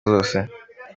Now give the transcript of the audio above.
zose